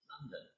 London